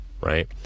right